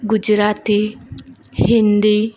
Gujarati Hindi